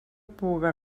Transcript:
puga